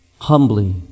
humbly